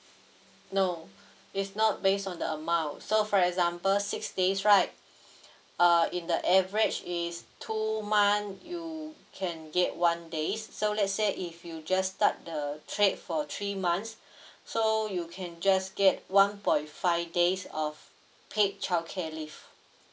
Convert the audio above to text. no it's not based on the amount so for example six days right uh in the average is two month you can get one days so let's say if you just start the trade for three months so you can just get one point five days of paid childcare leave